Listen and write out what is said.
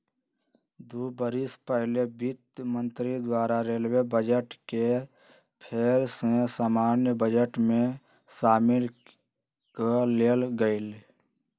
दू बरिस पहिले वित्त मंत्री द्वारा रेलवे बजट के फेर सँ सामान्य बजट में सामिल क लेल गेलइ